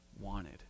wanted